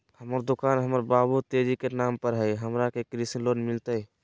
हमर दुकान हमर बाबु तेजी के नाम पर हई, हमरा के कृषि लोन मिलतई?